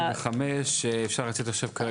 עד 85 אפשר התייעצות סיעתית.